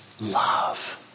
love